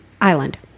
island